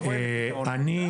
נכון, נכון.